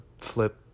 flip